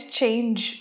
change